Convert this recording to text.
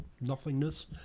nothingness